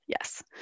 Yes